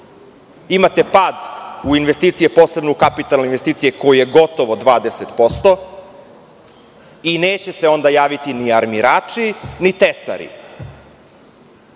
Imate pad u investicijama, posebno u kapitalnim investicijama koji je gotovo 20% i neće se onda javiti ni armirači ni tesari